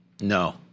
No